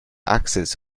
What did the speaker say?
access